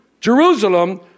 Jerusalem